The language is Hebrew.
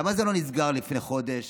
למה זה לא נסגר לפני חודש?